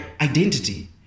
identity